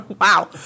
Wow